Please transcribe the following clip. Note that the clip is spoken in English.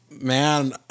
Man